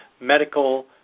medical